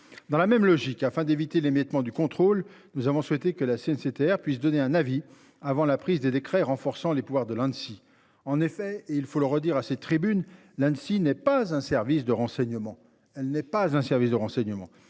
dans la même logique afin d'éviter l'émiettement du contrôle. Nous avons souhaité que la CNCTR puisse donner un avis avant la prise des décrets renforçant les pouvoirs de l'Inde. Si en effet et il faut le redire à ces tribunes l's'il n'est pas un service de renseignement. Elle n'est pas un service de renseignement